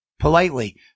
Politely